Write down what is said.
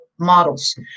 models